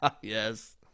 Yes